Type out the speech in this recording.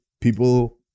people